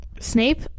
Snape